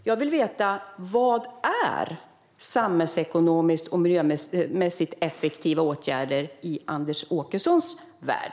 Jag vill veta: Vad är då samhällsekonomiskt och miljömässigt effektiva åtgärder i Anders Åkessons värld?